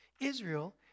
Israel